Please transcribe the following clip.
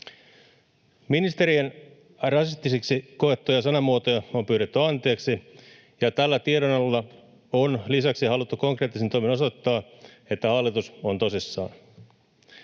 Ministerien rasistisiksi koettuja sanamuotoja on pyydetty anteeksi, ja tällä tiedonannolla on lisäksi haluttu konkreettisin toimin osoittaa, että hallitus on tosissaan.